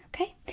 Okay